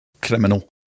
criminal